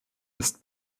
ist